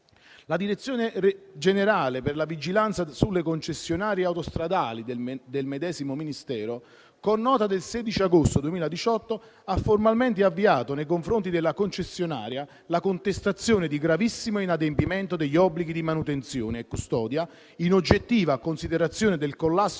La Direzione generale per la vigilanza sulle concessionarie autostradali del medesimo Ministero, con nota del 16 agosto 2018, ha formalmente avviato nei confronti della concessionaria la contestazione di gravissimo inadempimento degli obblighi di manutenzione e custodia in oggettiva considerazione del collasso